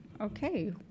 Okay